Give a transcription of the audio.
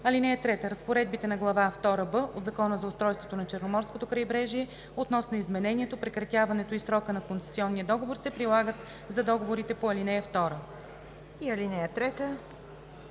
условия. (3) Разпоредбите на Глава втора „б“ от Закона за устройството на черноморското крайбрежие относно изменението, прекратяването и срока на концесионен договор се прилагат за договорите по ал. 2.“